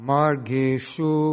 Margeshu